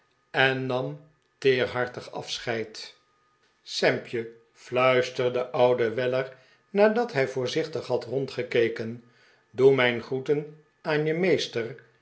en nam teerhartig afscheid sampje fluisterde de oude weller nadat hij voorzichtig had rondgekeken doe mijn groeten aan je meester